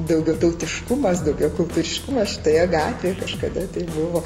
daugiatautiškumas daugiakultūriškumas šitoje gatvėje kažkada tai buvo